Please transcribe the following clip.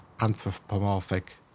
anthropomorphic